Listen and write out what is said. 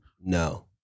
No